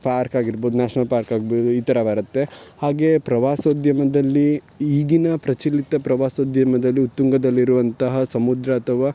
park ಆಗಿರ್ಬೌದು national park ಆಗ್ಬಹ್ದು ಈ ಥರ ಬರುತ್ತೆ ಹಾಗೆ ಪ್ರವಾಸೋದ್ಯಮದಲ್ಲಿ ಈಗಿನ ಪ್ರಚಲಿತ ಪ್ರವಾಸೋದ್ಯಮದಲ್ಲಿ ಉತ್ತುಂಗದಲ್ಲಿರುವಂತಹ ಸಮುದ್ರ ಅಥವಾ